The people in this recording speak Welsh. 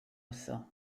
wrtho